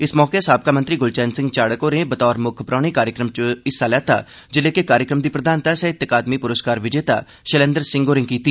इस मौके साबका मंत्री गुलचैन सिंह चाढ़क होरें बतौर मुक्ख परौह्ने कार्यक्रम च मौजूद हे जिल्लें के कार्यक्रम दी प्रधानता साहित्य अकादमी पुरूस्कार विजेता शैलेन्दे सिंह होरें कीती